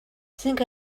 think